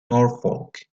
norfolk